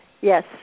Yes